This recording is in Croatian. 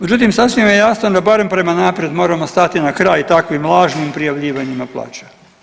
Međutim, sasvim je jasno sa barem prema naprijed moramo stati na kraj takvim lažnim prijavljivanjima plaća.